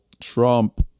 Trump